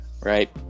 right